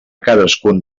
cadascun